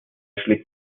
schlägt